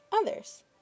others